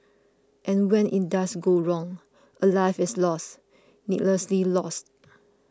and when it does go wrong a life is lost needlessly lost